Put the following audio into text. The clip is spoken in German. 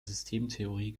systemtheorie